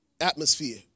Atmosphere